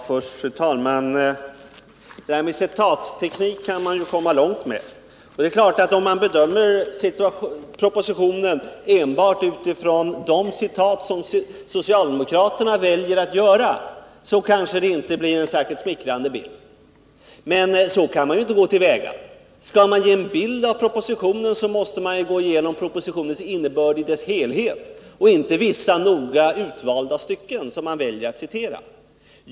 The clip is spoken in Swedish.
Fru talman! Man kan ju komma långt med citatteknik. Bedömer man propositionen enbart på basis av de citat som socialdemokraterna väljer att komma med, blir bilden kanske inte särskilt smickrande. Men så kan man ju inte gå till väga. Skall man ge en bild av propositionen, måste man ju gå igenom propositionens innebörd i dess helhet och inte bara vissa noggrant utvalda stycken som man föredrar att citera.